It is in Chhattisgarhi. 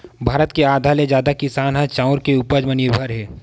भारत के आधा ले जादा किसान ह चाँउर के उपज म निरभर हे